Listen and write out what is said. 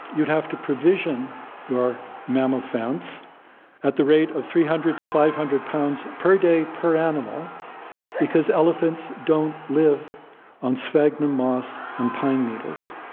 you'd have to provision your mammal fence at the rate of three hundred to five hundred pounds per day per animal because elephants don't live on sphagnum moss and pine needles.